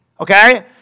Okay